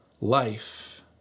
life